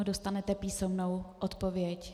Ano, dostanete písemnou odpověď.